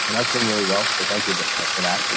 and that's doing really well. so thank you but for that.